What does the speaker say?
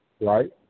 right